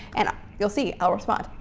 and you'll see, i'll respond.